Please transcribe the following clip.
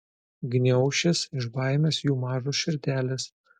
gniaušis iš baimės jų mažos širdelės